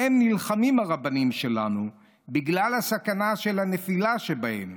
שהרבנים שלנו נלחמים בהם בגלל הסכנה של הנפילה שבהם.